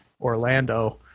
orlando